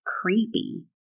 creepy